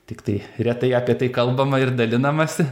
tiktai retai apie tai kalbama ir dalinamasi